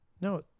no